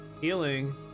healing